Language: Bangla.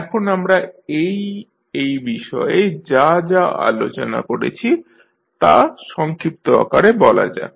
এখন আমরা এই এই বিষয়ে যা যা আলোচনা করেছি তা' সংক্ষিপ্ত আকারে বলা যাক